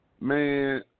Man